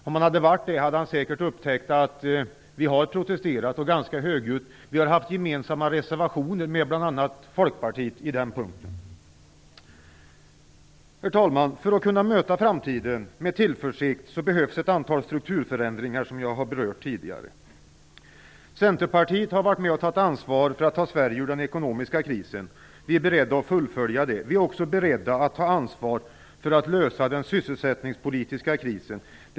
Om han hade varit här hade han säkert upptäckt att vi har protesterat ganska högljutt. Vi har haft gemensamma reservationer med bl.a. Folkpartiet på den punkten. Herr talman! För att kunna möta framtiden med tillförsikt behövs ett antal strukturförändringar, som jag har berört tidigare. Centerpartiet har varit med och tagit ansvar för att ta Sverige ur den ekonomiska krisen. Vi är beredda att fullfölja det. Vi är också beredda att ta ansvar för att lösa den sysselsättningspolitiska krisen.